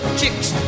chicks